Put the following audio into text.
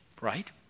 right